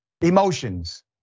emotions